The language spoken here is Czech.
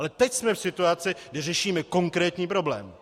Ale teď jsme v situaci, kdy řešíme konkrétní problém.